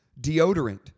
deodorant